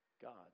God